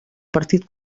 partit